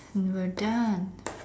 we're done